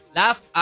laugh